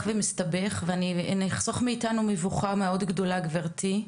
ומסתבך ואני אחסוך מאיתנו מבוכה מאוד גדולה גברתי,